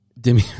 Demi